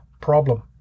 problem